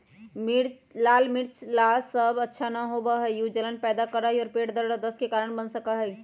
लाल मिर्च सब ला अच्छा न होबा हई ऊ जलन पैदा करा हई और पेट दर्द और दस्त के कारण बन सका हई